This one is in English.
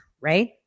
right